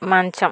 మంచం